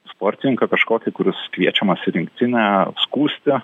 sportininką kažkokį kuris kviečiamas į rinktinę skųsti